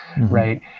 right